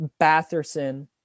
Batherson